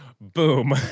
boom